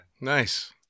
Nice